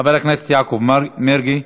חבר הכנסת יעקב מרגי.